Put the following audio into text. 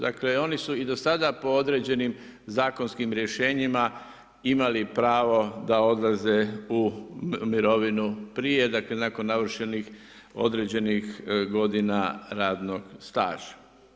Dakle, oni su i do sada po određenim zakonskim rješenjima imali pravo da odlaze u mirovinu prije, dakle, nakon navršenih određenih godina radnog staža.